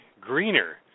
greener